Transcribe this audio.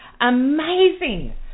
amazing